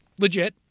legit.